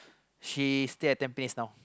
she stay at Tampines now